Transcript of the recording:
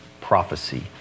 prophecy